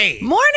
Morning